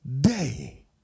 day